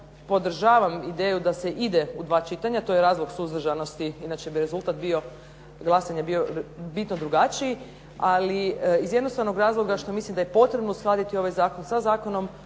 podržavam ideju da se ide u dva čitanja to je razlog suzdržanosti, inače bi rezultat bio, glasanja bio bitno drugačiji. Ali iz jednostavnog razloga što mislim da je potrebno uskladiti ovaj zakon sa zakonom